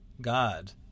God